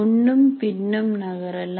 முன்னும் பின்னும் நகரலாம்